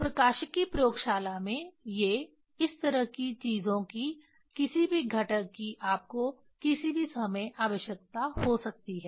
प्रकाशिकी प्रयोगशाला में ये इस तरह की चीजों की किसी भी घटक की आपको किसी भी समय आवश्यकता हो सकती है